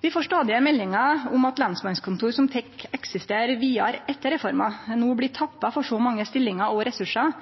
Vi får stadige meldingar om at lensmannskontor som fekk eksistere vidare etter reforma, no blir tappa for så mange stillingar og ressursar